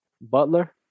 Butler